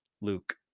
Luke